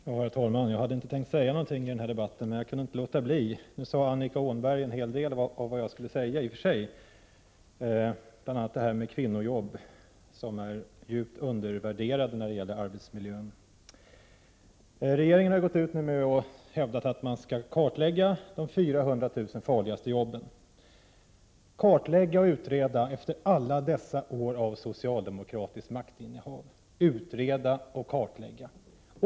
Herr talman! Jag hade inte tänkt säga någonting i den här debatten, men jag kunde inte låta bli. Nu sade Annika Åhnberg i och för sig en hel del av vad jag tänkt att säga. Bl.a. talade hon om kvinnoarbete som är djupt undervärderat när det gäller arbetsmiljön. Regeringen har nu hävdat att man skall kartlägga de 400 000 farligaste jobben. Utreda och kartlägga efter alla dessa år av socialdemokratiskt maktinnehav!